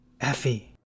Effie